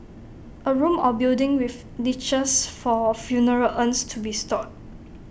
A room or building with niches for funeral urns to be stored